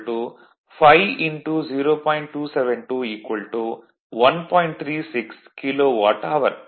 36 kilowatt our